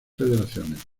federaciones